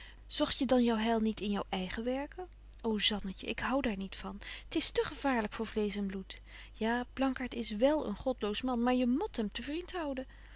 zogt je dan jou heil niet in jou eigen werken ô zannetje ik hou daar niet van t is te gevaarlyk voor vleesch en bloed ja blankaart is wél een godloos man maar je mot hem te vriend houden